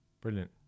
Brilliant